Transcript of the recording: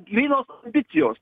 grynos ambicijos